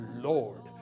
Lord